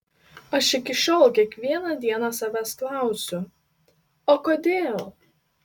aš iki šiol kiekvieną dieną savęs klausiu o kodėl